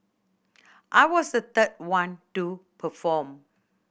I was the third one to perform